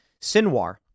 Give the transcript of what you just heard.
Sinwar